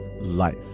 life